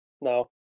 No